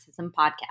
Podcast